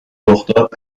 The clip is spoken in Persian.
رخداد